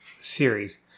series